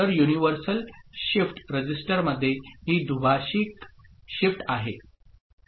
तर universal shift रजिस्टरमध्ये ही दुभाषिक शिफ्ट आहे